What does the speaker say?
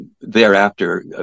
thereafter